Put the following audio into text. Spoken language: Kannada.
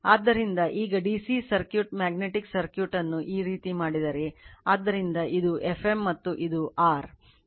ಆದ್ದರಿಂದ ಈಗ DC ಸರ್ಕ್ಯೂಟ್ ಮ್ಯಾಗ್ನೆಟಿಕ್ ಸರ್ಕ್ಯೂಟ್ ಅನ್ನು ಈ ರೀತಿ ಮಾಡಿದರೆ ಆದ್ದರಿಂದ ಇದು Fm ಮತ್ತು ಇದು R